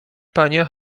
panie